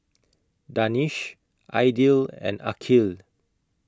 Danish Aidil and Aqil